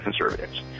conservatives